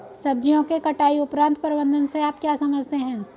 सब्जियों के कटाई उपरांत प्रबंधन से आप क्या समझते हैं?